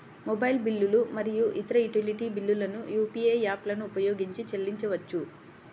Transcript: mobile బిల్లులు మరియు ఇతర యుటిలిటీ బిల్లులను యూ.పీ.ఐ యాప్లను ఉపయోగించి చెల్లించవచ్చు